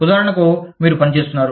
ఉదాహరణకు మీరు పని చేస్తున్నారు